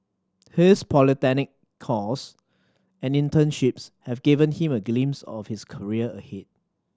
his polytechnic course and internships have given him a glimpse of his career ahead